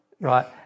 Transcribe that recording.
right